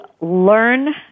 learn